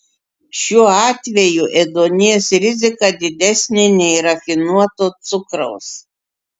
šiuo atveju ėduonies rizika didesnė nei rafinuoto cukraus